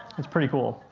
it's pretty cool.